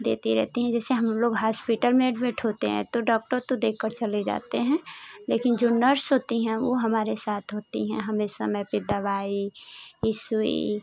देती रहती हैं जैसे हम लोग हास्पिटल में एडमिट होते हैं तो डॉक्टर तो देकर चले जाते हैं लेकिन जो नर्स होती हैं वो हमारे साथ होती हैं हमें समय पर दवाई ई सुई